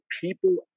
people